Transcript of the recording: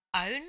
own